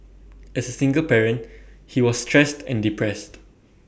as A single parent he was stressed and depressed